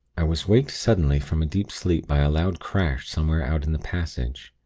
i was waked suddenly from a deep sleep by a loud crash somewhere out in the passage.